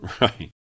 Right